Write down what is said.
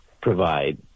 provide